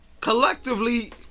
Collectively